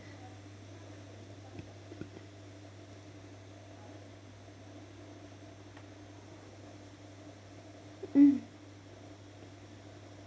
mm